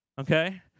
okay